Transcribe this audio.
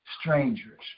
strangers